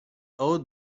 old